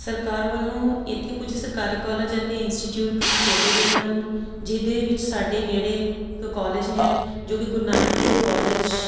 ਸਰਕਾਰ ਵੱਲੋਂ ਇੱਥੇ ਕੁਝ ਸਰਕਾਰੀ ਕੋਲਜ ਅਤੇ ਇੰਸਟਿਚਿਊਟ ਵੀ ਖੋਲ੍ਹੇ ਗਏ ਹਨ ਜਿਹਦੇ ਵਿੱਚ ਸਾਡੇ ਨੇੜੇ ਇੱਕ ਕੋਲਜ ਹੈ ਜੋ ਕਿ ਗੁਰੂ ਨਾਨਕ ਦੇਵ ਕੋਲਜ